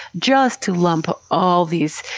just to lump all these,